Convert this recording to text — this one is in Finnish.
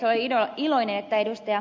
olen iloinen että ed